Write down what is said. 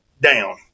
down